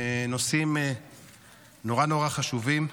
נושאים נורא נורא חשובים.